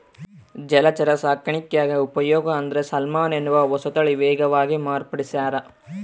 ಜಲಚರ ಸಾಕಾಣಿಕ್ಯಾಗ ಉಪಯೋಗ ಅಂದ್ರೆ ಸಾಲ್ಮನ್ ಎನ್ನುವ ಹೊಸತಳಿ ವೇಗವಾಗಿ ಮಾರ್ಪಡಿಸ್ಯಾರ